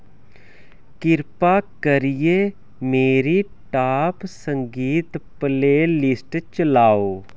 किरपा करियै मेरी टाप संगीत प्लेलिस्ट चलाओ